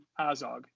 Azog